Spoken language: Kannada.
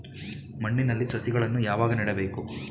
ಮಣ್ಣಿನಲ್ಲಿ ಸಸಿಗಳನ್ನು ಯಾವಾಗ ನೆಡಬೇಕು?